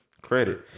credit